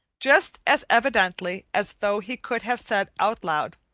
just as evidently as though he could have said out loud,